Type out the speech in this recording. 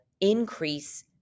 increase